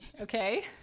okay